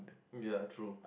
ya true